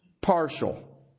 Partial